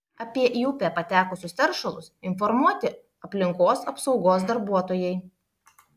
apie į upę patekusius teršalus informuoti aplinkos apsaugos darbuotojai